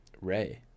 Ray